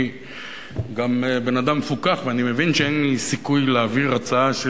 גם בן-אדם מפוכח ואני מבין שאין לי סיכוי להעביר הצעה,